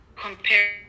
compare